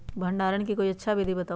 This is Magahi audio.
भंडारण के कोई अच्छा विधि बताउ?